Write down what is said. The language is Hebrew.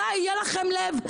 מתי יהיה לכם לב?